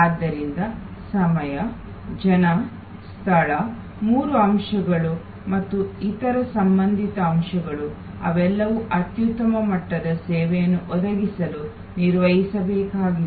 ಆದ್ದರಿಂದ ಸಮಯ ಜನರು ಸ್ಥಳ ಮೂರು ಅಂಶಗಳು ಮತ್ತು ಇತರ ಸಂಬಂಧಿತ ಅಂಶಗಳು ಅವೆಲ್ಲವೂ ಅತ್ಯುತ್ತಮ ಮಟ್ಟದ ಸೇವೆಯನ್ನು ಒದಗಿಸಲು ನಿರ್ವಹಿಸಬೇಕಾಗಿದೆ